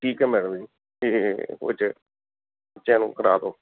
ਠੀਕ ਹੈ ਮੈਡਮ ਜੀ ਚਲੋ ਕਰਾ ਦਿਓ